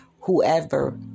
whoever